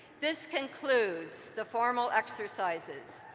this concludes the formal exercises.